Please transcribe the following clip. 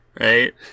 right